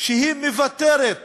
שהיא מוותרת